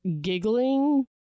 giggling